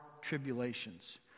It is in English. tribulations